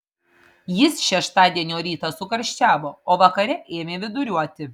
jis šeštadienio rytą sukarščiavo o vakare ėmė viduriuoti